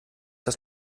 das